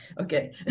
okay